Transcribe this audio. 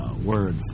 word